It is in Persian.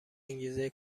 انگیزه